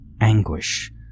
anguish